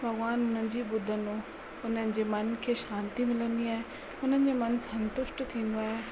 भॻिवान हुननि जी ॿुधंदो हुननि जे मन खे शांती मिलंदी आहे हुननि जे मनु संतुष्ट थींदो आहे